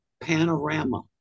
panorama